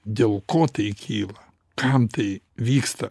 dėl ko tai kyla kam tai vyksta